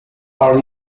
are